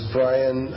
Brian